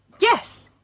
yes